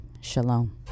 Shalom